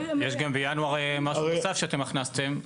יש גם בינואר משהו נוסף שאתם הכנסתם,